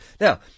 Now